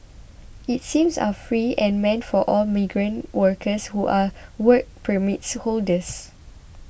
its seems are free and meant for all migrant workers who are Work Permit holders